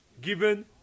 Given